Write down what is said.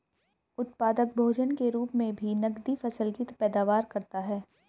उत्पादक भोजन के रूप मे भी नकदी फसल की पैदावार करता है